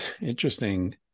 interesting